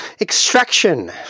Extraction